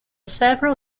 several